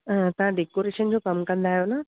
तव्हां डेकोरेशन जो कमु कंदा आहियो न